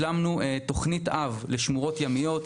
אנחנו השלמנו לאחרונה תוכנית אב לשמורות ימיות,